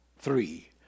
Three